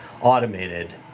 automated